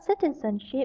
citizenship